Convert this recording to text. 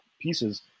pieces